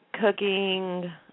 cooking